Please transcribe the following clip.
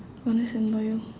honest and loyal